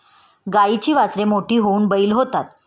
गाईची वासरे मोठी होऊन बैल होतात